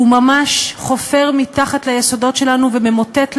הוא ממש חופר מתחת ליסודות שלנו וממוטט לנו,